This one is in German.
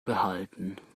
behalten